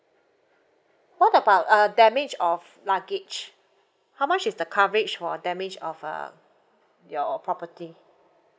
what about uh damage of luggage how much is the coverage for damage of uh your property